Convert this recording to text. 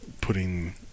putting